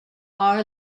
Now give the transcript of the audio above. are